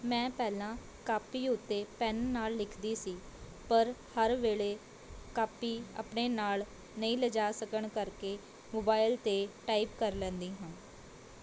ਮੈਂ ਪਹਿਲਾਂ ਕਾਪੀ ਉੱਤੇ ਪੈੱਨ ਨਾਲ਼ ਲਿਖਦੀ ਸੀ ਪਰ ਹਰ ਵੇਲੇ ਕਾਪੀ ਆਪਣੇ ਨਾਲ਼ ਨਹੀਂ ਲਿਜਾ ਸਕਣ ਕਰਕੇ ਮੋਬਾਈਲ 'ਤੇ ਟਾਈਪ ਕਰ ਲੈਂਦੀ ਹਾਂ